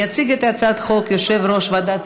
יציג את הצעת החוק יושב-ראש ועדת